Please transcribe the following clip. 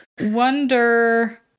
Wonder